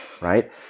right